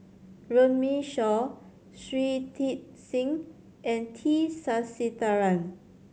Runme Shaw Shui Tit Sing and T Sasitharan